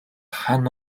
хан